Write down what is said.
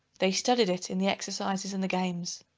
they studied it in the exercises and the games.